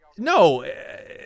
No